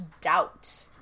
doubt